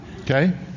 okay